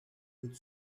would